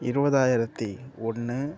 இருபதாயிரத்தி ஒன்று